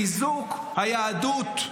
לחיזוק היהדות.